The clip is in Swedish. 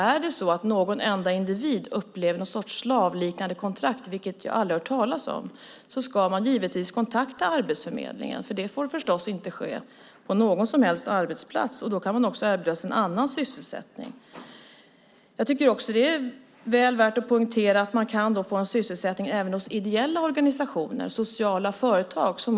Är det så att någon enda individ upplever något slavliknande kontrakt, vilket jag aldrig har hört talas om, ska man givetvis kontakta Arbetsförmedlingen, för det får förstås inte finnas på någon som helst arbetsplats. Då kan man erbjudas en annan sysselsättning. Det är väl värt att poängtera att man kan få en sysselsättning även hos ideella organisationer, sociala företag.